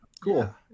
Cool